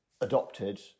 adopted